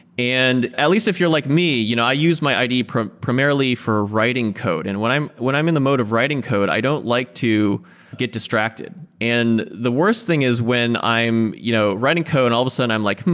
and at least if you're like me, you know i use my ide primarily for writing code. and when i'm when i'm in the mode of writing code, i don't like to get distracted. and the worst thing is when i'm you know writing code and all of a sudden i'm like,